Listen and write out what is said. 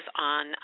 on